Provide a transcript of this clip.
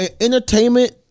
entertainment